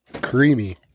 Creamy